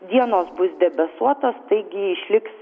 dienos bus debesuotos taigi išliks